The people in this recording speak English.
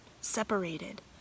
separated